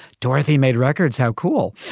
dorothy made records. how cool.